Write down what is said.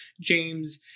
james